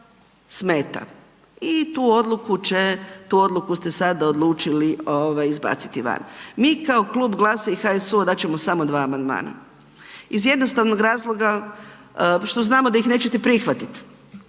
smeta i tu odluku će, tu odluku ste sada odlučili izbaciti van. Mi kao Klub GLAS-a i HSU-a, dat ćemo samo 2 amandmana iz jednostavnog razloga što znamo da ih nećemo prihvatiti